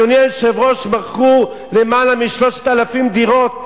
אדוני היושב-ראש, מכרו יותר מ-3,000 דירות.